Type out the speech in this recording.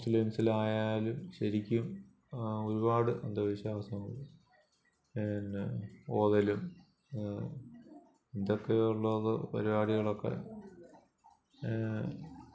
മുസ്ലിംസിൽ ആയാലും ശരിക്കും ഒരുപാട് അന്ധവിശ്വാസവും എന്നാൽ ഓതലും ഇതൊക്കെയുള്ളത് പരിപാടികളൊക്കെ